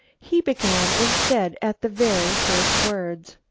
he began instead at the very first words.